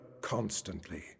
constantly